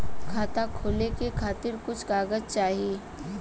खाता खोले के खातिर कुछ कागज चाही?